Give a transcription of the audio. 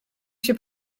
się